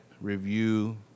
review